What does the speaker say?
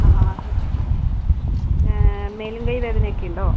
ആ ആ മേലും കയ്യും വേദനയൊക്കെയുണ്ടോ